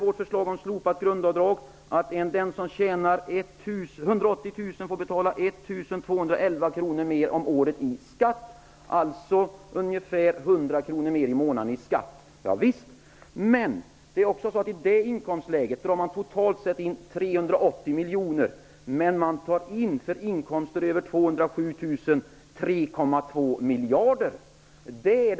Vårt förslag om slopat grundavdrag innebär att den som tjänar 180 000 kr får betala 1 211 kr mer om året i skatt, alltså ungefär 100 kr mer i månaden. I det inkomstläget tar man totalt sett in 380 miljoner kronor, men på inkomster över 207 000 kr tar man in 3,2 miljarder kronor.